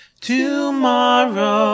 tomorrow